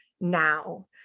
now